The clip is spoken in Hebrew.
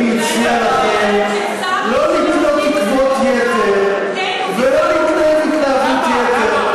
אני מציע לכם לא לתלות תקוות יתר ולא להתלהב התלהבות יתר.